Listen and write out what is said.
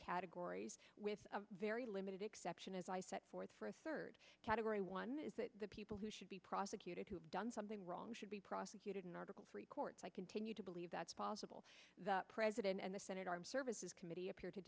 categories with very limited exceptions as i set forth for a third category one is that the people who should be prosecuted who have done something wrong should be prosecuted in article three courts i continue to believe that's possible the president and the senate armed services committee appear to